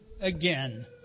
again